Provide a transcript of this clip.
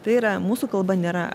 tai yra mūsų kalba nėra